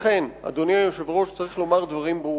לכן, אדוני היושב-ראש, צריך לומר דברים ברורים.